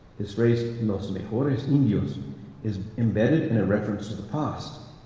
his phrase los mejores indios is embedded in a reference to the past,